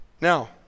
now